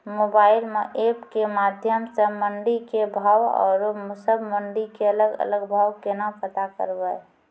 Mobile म app के माध्यम सऽ मंडी के भाव औरो सब मंडी के अलग अलग भाव केना पता करबै?